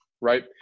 right